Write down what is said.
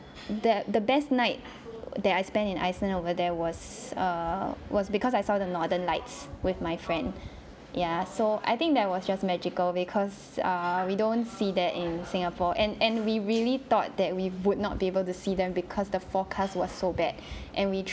that the best night that I spend in iceland over there was err was because I saw the northern lights with my friend ya so I think that was just magical because err we don't see that in singapore and and we really thought that we would not be able to see them because the forecast was so bad and we